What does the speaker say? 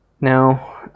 Now